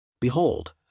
Behold